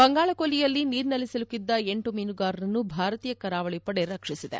ಬಂಗಾಳಕೊಲ್ಲಿಯಲ್ಲಿ ನೀರಿನಲ್ಲಿ ಸಿಲುಕಿದ್ದ ಎಂಟು ಮೀನುಗಾರರನ್ನು ಭಾರತೀಯ ಕರಾವಳಿ ಪಡೆ ರಕ್ಷಿಸಿದೆ